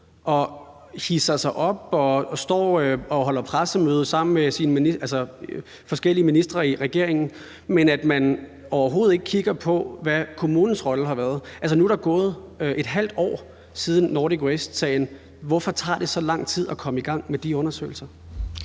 og står og holder pressemøde med forskellige ministre, men man kigger overhovedet ikke på, hvad kommunens rolle har været. Altså, nu er der gået et halvt år, siden Nordic Waste-sagen begyndte – hvorfor tager det så lang tid at komme i gang med de undersøgelser?